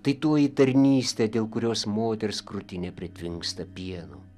tai toji tarnystė dėl kurios moters krūtinė pritvinksta pieno